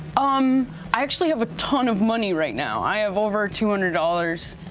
um i actually have a ton of money right now. i have over two hundred dollars.